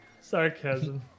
sarcasm